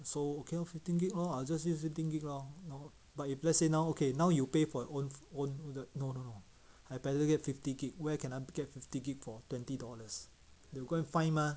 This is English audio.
so okay lor fifteen gig lor I'll just use fifteen gig lor hor but if let's say now okay now you pay for your own own no no no I better get fifty gig where can I get fifty gig for twenty dollars you go and find mah